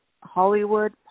Hollywood